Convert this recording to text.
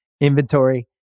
inventory